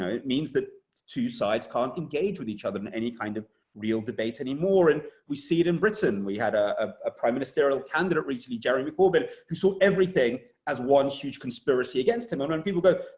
ah it means that two sides can't engage with each other in any kind of real debate anymore. and we see it in britain. we had a ah prime ministerial candidate recently, jeremy corbyn, who saw everything as one huge conspiracy against him. and when people go,